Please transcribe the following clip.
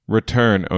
Return